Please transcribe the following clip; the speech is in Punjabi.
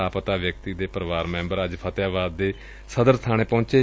ਲਾਪਤਾ ਵਿਅਕਤੀ ਦੇ ਪਰਿਵਾਰ ਮੈਂਬਰ ਅੱਜ ਫਤਿਆਬਾਦ ਦੇ ਸਦਰ ਬਾਣੇ ਪਹੁੰਚੇ